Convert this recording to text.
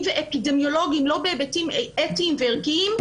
ואפידמיולוגיים ולא בהיבטים אתיים וערכיים.